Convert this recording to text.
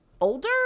older